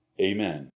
Amen